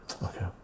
Okay